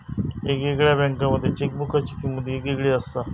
येगयेगळ्या बँकांमध्ये चेकबुकाची किमंत येगयेगळी असता